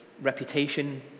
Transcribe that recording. reputation